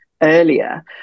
earlier